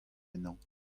ennañ